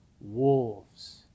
wolves